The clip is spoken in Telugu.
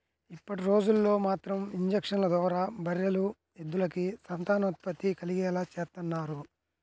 ఇప్పటిరోజుల్లో మాత్రం ఇంజక్షన్ల ద్వారా బర్రెలు, ఎద్దులకి సంతానోత్పత్తి కలిగేలా చేత్తన్నారు